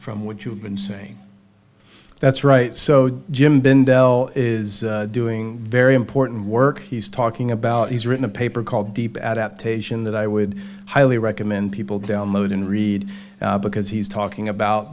from what you have been saying that's right so jim bendel is doing very important work he's talking about he's written a paper called deep adaptation that i would highly recommend people download and read because he's talking about